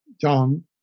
John